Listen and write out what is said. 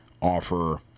offer